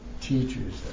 teachers